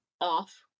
off